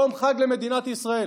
יום חג למדינת ישראל.